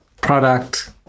product